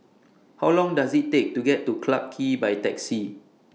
How Long Does IT Take to get to Clarke Quay By Taxi